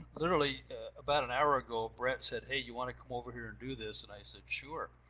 literally about an hour ago, bret said hey, you wanna come over here and do this? and i said sure.